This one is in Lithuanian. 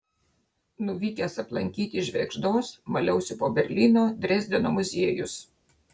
nuvykęs aplankyti švėgždos maliausi po berlyno drezdeno muziejus